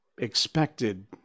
expected